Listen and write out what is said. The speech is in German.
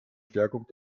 stärkung